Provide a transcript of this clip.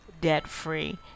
debt-free